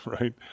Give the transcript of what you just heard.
right